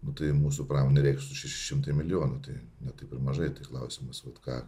nu tai mūsų pramonei reikštų šeši šimtai milijonų tai ne taip ir mažai tai klausimas vat ką